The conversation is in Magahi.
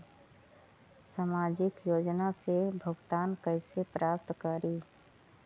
सामाजिक योजना से भुगतान कैसे प्राप्त करी?